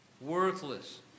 Worthless